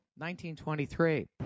1923